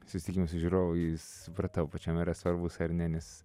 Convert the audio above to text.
susitikimai su žiūrovais supratau pačiam yra svarbūs ar ne nes